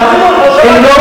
רציני.